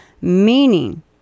meaning